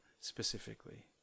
specifically